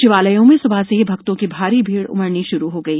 शिवालयों में स्बह से ही भक्तों की भारी भीड़ उमड़नी शुरू हो गई